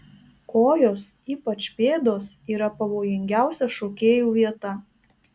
kojos ypač pėdos yra pavojingiausia šokėjų vieta